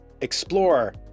explore